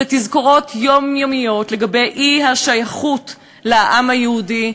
זה תזכורות יומיומיות לגבי האי-שייכות לעם היהודי,